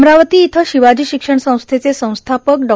अमरावती इथं शिवाजी शिक्षण संस्थेचे संस्थापक डॉ